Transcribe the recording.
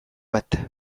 bat